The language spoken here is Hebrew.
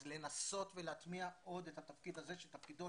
אז לנסות להטמיע עוד את התפקיד הזה שתפקידו